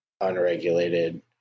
unregulated